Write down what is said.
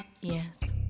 Yes